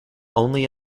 only